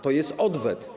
To jest odwet.